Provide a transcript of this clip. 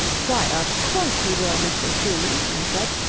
why, of course he will, mr. schumann i said.